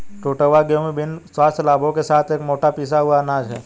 टूटा हुआ गेहूं विभिन्न स्वास्थ्य लाभों के साथ एक मोटा पिसा हुआ अनाज है